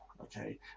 Okay